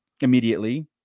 immediately